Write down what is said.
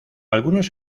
algunos